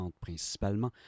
principalement